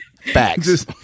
Facts